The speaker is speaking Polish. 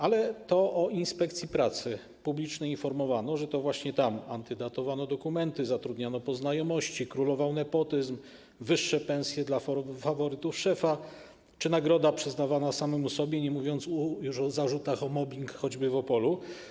Ale to o inspekcji pracy publicznie informowano, że to właśnie tam antydatowano dokumenty, zatrudniano po znajomości, królował nepotyzm, były wyższe pensje dla faworytów szefa czy była nagroda przyznawana samemu sobie, nie mówiąc już o zarzutach o mobbing, choćby w Opolu.